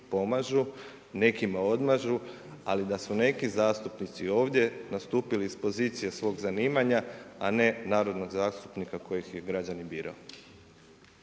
pomažu, nekima odmažu, ali da su neki zastupnici ovdje nastupili iz pozicije svog zanimanja, a ne narodnog zastupnika kojih je građanin birao.